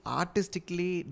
artistically